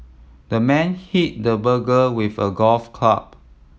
the man hit the burglar with a golf club